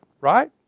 Right